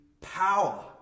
power